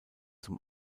zum